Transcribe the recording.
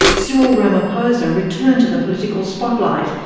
cyril ramaphosa returned to the political spotlight,